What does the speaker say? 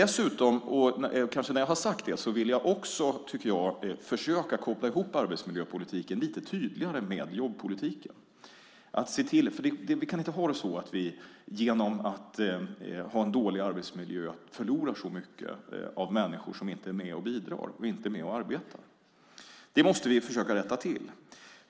När jag har sagt detta vill jag också försöka koppla ihop arbetsmiljöpolitiken lite tydligare med jobbpolitiken. Vi kan inte ha det så att vi genom att ha en dålig arbetsmiljö förlorar så många människor som inte är med och bidrar och inte är med och arbetar. Det måste vi försöka rätta till.